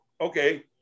okay